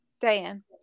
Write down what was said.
Diane